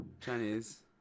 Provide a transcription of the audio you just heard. Chinese